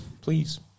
Please